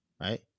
right